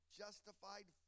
justified